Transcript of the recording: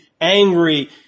angry